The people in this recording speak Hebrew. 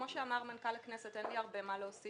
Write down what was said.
כמו שאמר מנכ"ל הכנסת, אין לחי הרבה מה להוסיף